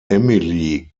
emilie